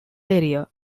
area